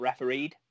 refereed